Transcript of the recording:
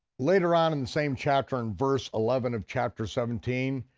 later on in the same chapter, in verse eleven of chapter seventeen,